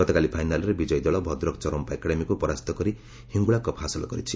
ଗତକାଲି ଫାଇନାଲ୍ରେ ବିଜୟୀ ଦଳ ଭଦ୍ରକ ଚରମ୍ମା ଏକାଡେମୀକୁ ପରାସ୍ତ କରି ହିଙ୍ଙ୍ଳା କପ୍ ହାସଲ କରିଛି